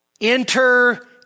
enter